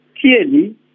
Clearly